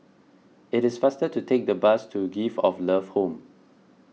it is faster to take the bus to Gift of Love Home